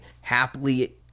happily